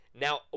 now